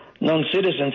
non-citizens